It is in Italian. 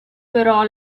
però